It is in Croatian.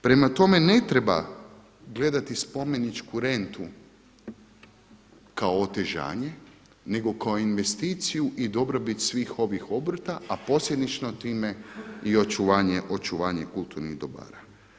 Prema tome, ne treba gledati spomeničku rentu kao otežanje nego kao investiciju i dobrobit svih ovih obrta a posljedično time i očuvanje kulturnih dobara.